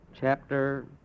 Chapter